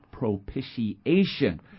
propitiation